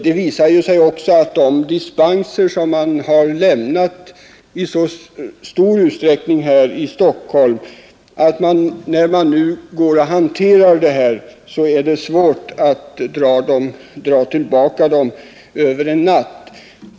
Det visar sig ju också beträffande de dispenser som man har lämnat i så stor utsträckning här i Stockholm att det är svårt att dra tillbaka dem över en natt.